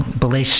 bless